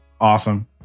awesome